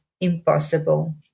impossible